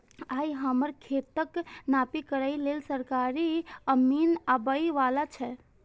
आइ हमर खेतक नापी करै लेल सरकारी अमीन आबै बला छै